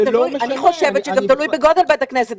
אני חושבת שזה גם תלוי בגודל בית הכנסת.